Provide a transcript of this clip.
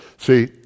See